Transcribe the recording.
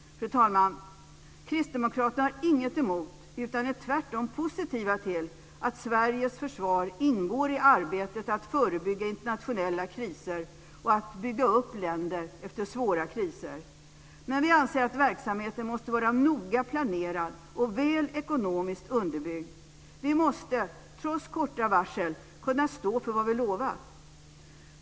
Fru talman! Kristdemokraterna har inget emot, utan är tvärtom positiva till, att Sveriges försvar ingår i arbetet med att förebygga internationella kriser och med att bygga upp länder efter svåra kriser. Men vi anser att verksamheten måste vara noga planerad och väl ekonomiskt underbyggd. Vi måste, trots korta varsel, kunna stå för vad vi lovar.